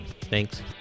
Thanks